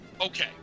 okay